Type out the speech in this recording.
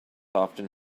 often